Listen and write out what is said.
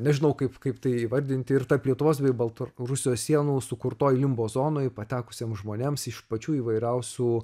nežinau kaip kaip tai įvardinti ir tarp lietuvos bei baltarusijos sienų sukurtoj limbo zonoj patekusiems žmonėms iš pačių įvairiausių